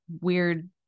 weird